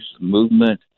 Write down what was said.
movement